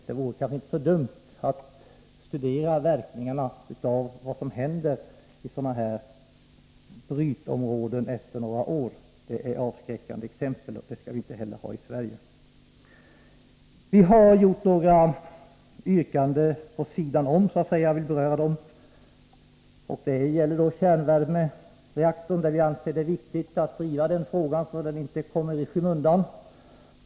Det vore kanske inte så dumt att studera vad som händer i sådana brytningsområden efter några år. Det är avskräckande exempel, och sådant skall vi inte heller ha i Sverige. Vi har vidare några yrkanden vid sidan om så att säga, som jag vill beröra. Vi anser dett.ex. viktigt att driva frågan om kärnvärmereaktorer, så att den inte kommer i skymundan.